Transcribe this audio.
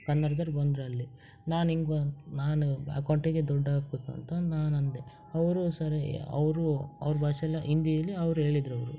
ಕನ್ನಡದವ್ರು ಬಂದ್ರು ಅಲ್ಲಿ ನಾನು ಹಿಂಗ್ ನಾನು ಅಕೌಂಟಿಗೆ ದುಡ್ಡು ಹಾಕ್ಬೇಕು ಅಂತಂದು ನಾನು ಅಂದೆ ಅವರು ಸರಿ ಅವರು ಅವ್ರ ಭಾಷೆಯಲ್ಲಿ ಹಿಂದಿಯಲ್ಲಿ ಅವ್ರು ಹೇಳಿದರವ್ರು